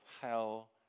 hell